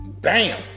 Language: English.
Bam